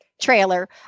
trailer